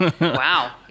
Wow